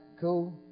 cool